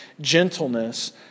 gentleness